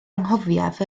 anghofiaf